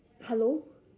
hello